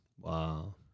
Wow